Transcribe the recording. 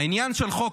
העניין של חוק